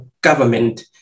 government